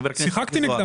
חבר הכנסת מיקי זוהר,